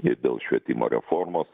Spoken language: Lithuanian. ir dėl švietimo reformos